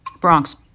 Bronx